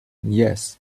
yes